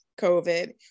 COVID